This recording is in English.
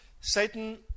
Satan